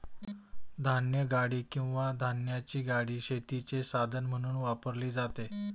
धान्यगाडी किंवा धान्याची गाडी शेतीचे साधन म्हणून वापरली जाते